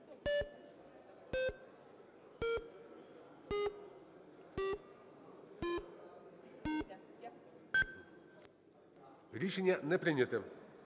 Рішення не прийняте.